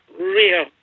real